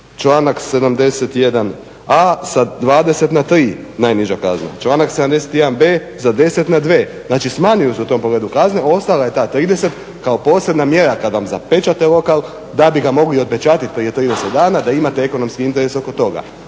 članak 71a. sa 20 na 3 najniža kazna, članak 71b. sa 10 na 2, znači smanjuju se u tom pogledu kazne, ostala je ta 30 kao posebna mjera kada vam zapečate lokal da bi ga mogli otpečatiti prije 30 dana, da imate ekonomski interes oko toga.